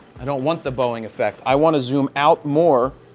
i don't want the boeing effect. i want to zoom out more.